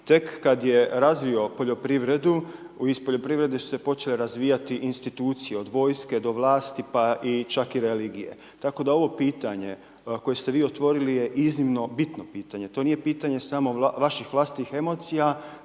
Tek kad je razvio poljoprivredu, iz poljoprivrede su se počele razvijati institucije, od vojske do vlasti pa i čak i religije. Tako da je ovo pitanje koje ste vi otvorili je iznimno bitno pitanje, to nije pitanje samo vaših vlastitih emocija